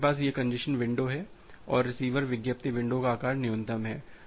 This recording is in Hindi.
तो आपके पास यह कंजेशन विंडो है और रिसीवर विज्ञापित विंडो का आकार न्यूनतम है